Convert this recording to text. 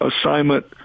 assignment